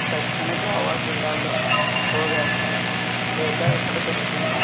దక్షిణ గోవా జిల్లాలో కోవ్యాక్సిన్ టీకా ఎక్కడ దొరుకుతుంది